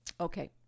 okay